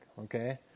okay